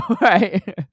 Right